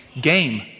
game